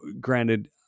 granted